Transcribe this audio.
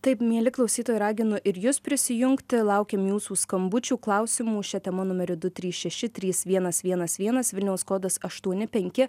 taip mieli klausytojai raginu ir jus prisijungti laukiam jūsų skambučių klausimų šia tema numeriu du trys šeši trys vienas vienas vienas vilniaus kodas aštuoni penki